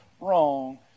wrong